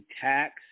tax